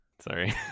Sorry